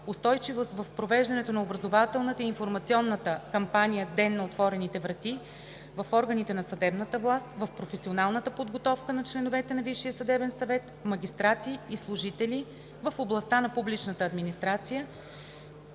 устойчивост в провеждането на образователната и информационна кампания „Ден на отворените врати“ в органите на съдебната власт, в професионалната подготовка на членовете на Висшия съдебен съвет, магистрати и служители в областта на публичната администрация,